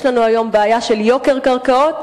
יש לנו היום בעיה של יוקר קרקעות.